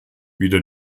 wieder